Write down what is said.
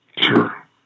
Sure